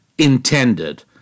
intended